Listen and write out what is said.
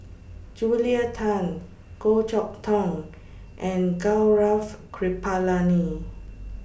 Julia Tan Goh Chok Tong and Gaurav Kripalani